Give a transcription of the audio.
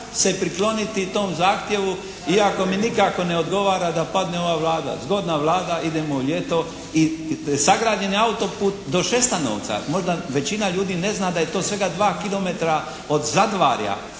se prikloniti tom zahtjevu iako mi nikako ne odgovara da padne ova Vlada. Zgodna Vlada, idemo u ljeto. I sagrađen je auto-put do Šestanovca. Možda većina ljudi ne zna da je to svega dva kilometra od Zadvarja